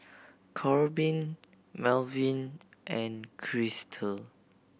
Korbin Melvyn and Krystle